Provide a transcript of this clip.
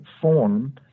form